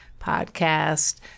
podcast